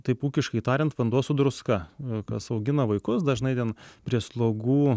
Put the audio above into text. taip ūkiškai tariant vanduo su druska kas augina vaikus dažnai ten prie slogų